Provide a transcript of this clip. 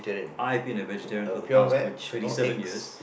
I've been a vegetarian for the past twenty twenty seven years